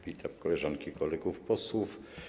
Witam koleżanki i kolegów posłów.